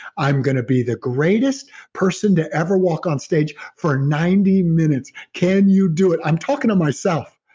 i'm going to be the greatest person to ever walk on stage for ninety minutes. can you do it? i'm talking to myself.